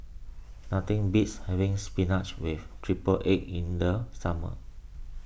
nothing beats having Spinach with Triple Egg in the summer